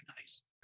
nice